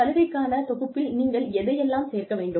சலுகைக்கான தொகுப்பில் நீங்கள் எதை எல்லாம் சேர்க்க வேண்டும்